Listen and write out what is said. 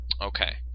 Okay